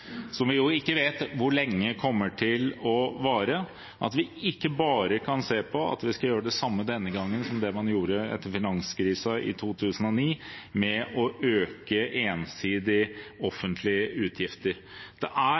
som vi jo ikke vet hvor lenge kommer til å vare – ikke bare tenker at vi skal gjøre det samme denne gangen som det man gjorde etter finanskrisen i 2009, å øke, ensidig, offentlige utgifter. Det er